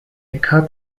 cut